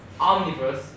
Omniverse